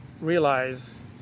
realize